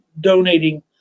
donating